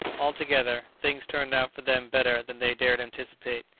altogether, things turned out for them better than they dared anticipate.